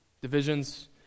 Divisions